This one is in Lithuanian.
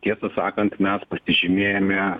tiesą sakant mes pasižymėjome